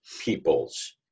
peoples